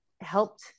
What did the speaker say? helped